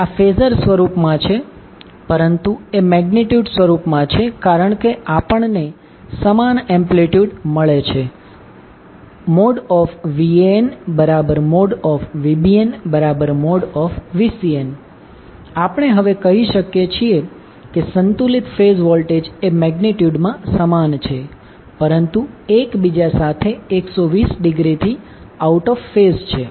આ ફેઝર સ્વરૂપ માં છે પરંતુ એ મેગ્નિટ્યુડ સ્વરૂપમાં છે કારણ કે આપણને સમાન એમ્પ્લિટ્યૂડ મળે છે VanVbnVcn આપણે હવે કહી શકીએ છીએ કે સંતુલિત ફેઝ વોલ્ટેજ એ મેગ્નિટ્યુડ માં સમાન છે પરંતુ એકબીજા સાથે 120 ડિગ્રીથી આઉટ ઓફ ફેઝ છે